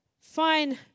fine